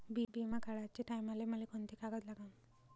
बिमा काढाचे टायमाले मले कोंते कागद लागन?